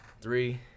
Three